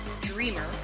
dreamer